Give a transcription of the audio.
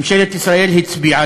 ממשלת ישראל הצביעה,